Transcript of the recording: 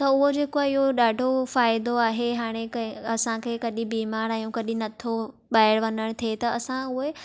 त उहो जेको आहे इओ ॾाढो फ़ाइदो आहे हाणे असां खे कॾहिं बिमार आहियूं कॾहिं नथो ॿाहिरि वञण थे त असां उहे